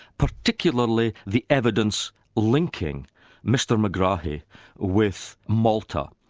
particularly the evidence linking mr megrahi with malta,